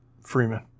Freeman